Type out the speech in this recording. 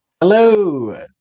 Hello